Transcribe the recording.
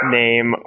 name